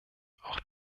auch